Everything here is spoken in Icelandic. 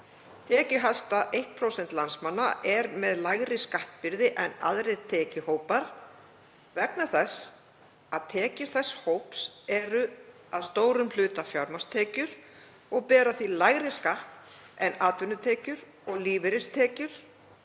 Tekjuhæsta 1% landsmanna er með lægri skattbyrði en aðrir tekjuhópar vegna þess að tekjur þess hóps eru að stórum hluta fjármagnstekjur og bera því lægri skatt en atvinnutekjur og lífeyristekjur